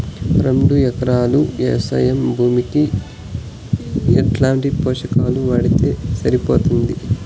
రెండు ఎకరాలు వ్వవసాయ భూమికి ఎట్లాంటి పోషకాలు వాడితే సరిపోతుంది?